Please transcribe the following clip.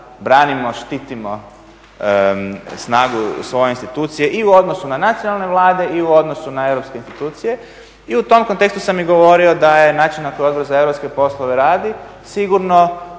branimo, štitimo snagu svoje institucije i u odnosu na nacionalne vlade i u odnosu na europske institucije. I u tom kontekstu sam i govorio da je način na koji Odbor za europske poslove radi sigurno